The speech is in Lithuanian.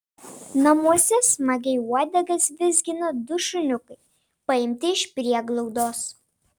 namuose smagiai uodegas vizgina du šuniukai paimti iš prieglaudos